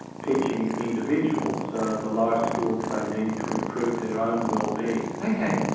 teaching individuals the life skills they need to improve their own wellbeing. ok.